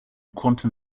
quantum